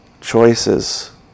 choices